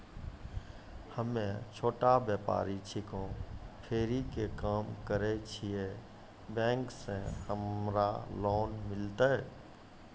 हम्मे छोटा व्यपारी छिकौं, फेरी के काम करे छियै, बैंक से हमरा लोन मिलतै?